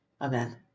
Amen